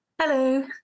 Hello